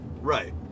right